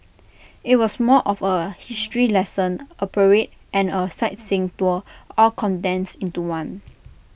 IT was more of A history lesson A parade and A sightseeing tour all condensed into one